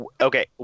Okay